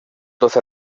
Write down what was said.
doce